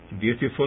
beautiful